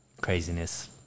Craziness